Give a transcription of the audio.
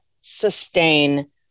sustain